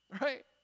right